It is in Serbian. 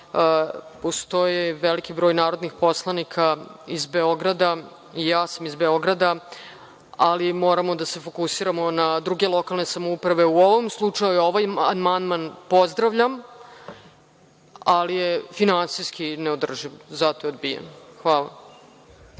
postoje veliki broj narodnih poslanika iz Beograda, i ja sam iz Beograda, ali moramo da se fokusiramo i na druge lokalne samouprave.U ovom slučaju ovaj amandman pozdravljam, ali je finansijski neodrživ i zato je odbijen. Hvala.